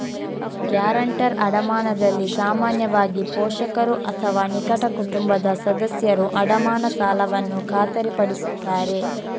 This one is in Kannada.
ಗ್ಯಾರಂಟರ್ ಅಡಮಾನದಲ್ಲಿ ಸಾಮಾನ್ಯವಾಗಿ, ಪೋಷಕರು ಅಥವಾ ನಿಕಟ ಕುಟುಂಬದ ಸದಸ್ಯರು ಅಡಮಾನ ಸಾಲವನ್ನು ಖಾತರಿಪಡಿಸುತ್ತಾರೆ